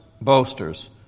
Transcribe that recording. boasters